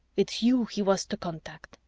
it's you he was to contact,